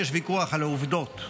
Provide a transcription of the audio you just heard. שיש ויכוח על העובדות.